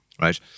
Right